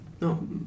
No